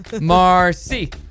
Marcy